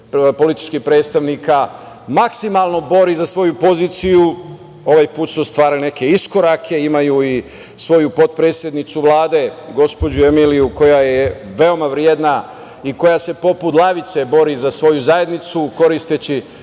političkih predstavnika maksimalno bori za svoju poziciju. Ovaj put su ostvarili neke iskorake, imaju i svoju potpredsednicu Vlade, gospođu Emiliju koja je veoma vredna i koja se poput lavice bori za svoju zajednicu koristeći